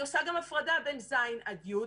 אני עושה גם הפרדה בין כיתה ז' עד י'